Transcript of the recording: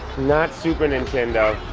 not super nintendo.